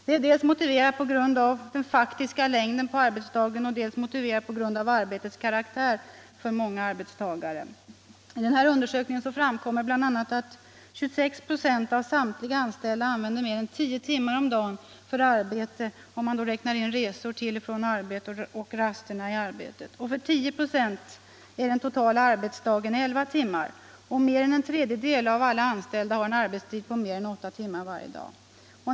Det är motiverat dels av den faktiska längden på arbetstiden, dels av arbetets karaktär för många arbetstagare. I nämnda undersökning framkom bl.a. att 26 926 av samtliga anställda använder mer än tio timmar om dagen för arbete, om man räknar in resor till och från samt rasterna i arbetet. För 10 96 av de anställda är den totala arbetstiden elva timmar. Mer än en tredjedel av alla anställda har en arbetstid på över åtta timmar varje dag.